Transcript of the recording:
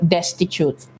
Destitute